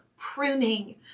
pruning